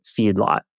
feedlot